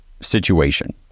situation